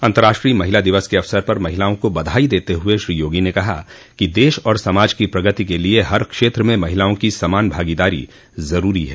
अन्तर्राष्ट्रीय महिला दिवस के अवसर पर महिलाओं को बधाई देते हुये श्री योगी ने कहा कि देश और समाज की प्रगति के लिये हर क्षेत्र में महिलाओं की समान भागीदारी जरूरी है